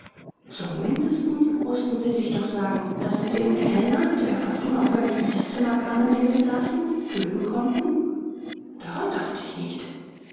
zum mindesten mußten sie sich doch sagen daß sie den kellner der fast unaufhörlich durch das zimmer kam in dem sie saßen töten konnten b daran dachte ich nicht